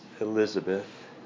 Elizabeth